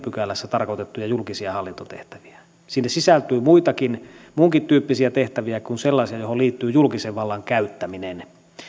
pykälässä tarkoitettuja julkisia hallintotehtäviä sinne sisältyy muunkin tyyppisiä tehtäviä kuin sellaisia joihin liittyy julkisen vallan käyttäminen